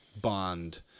bond